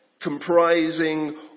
comprising